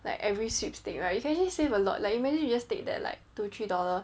like every sweepstake right you can actually save a lot like you imagine you just take that like that two three dollar